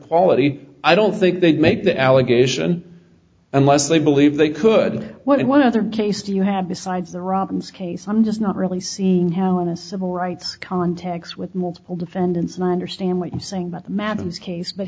quality i don't think they'd make that allegation unless they believed they could what and one other case do you have besides the robin's case i'm just not really seeing how in a civil rights context with multiple defendants and i understand what you're saying about the maddens case but